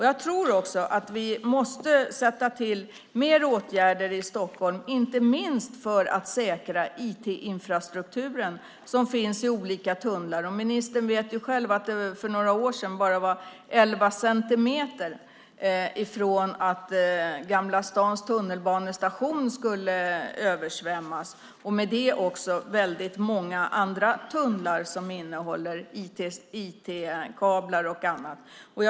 Jag tror vidare att vi måste vidta fler åtgärder i Stockholm, inte minst för att säkra den IT-infrastruktur som finns i olika tunnlar. Ministern känner väl till att Gamla stans tunnelbanestation för några år sedan var endast elva centimeter från att översvämmas, och det gällde även många andra tunnlar som innehåller IT-kablar och annat.